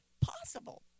possible